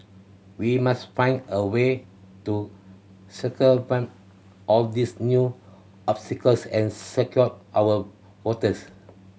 we must find a way to circumvent all these new obstacles and secure our votes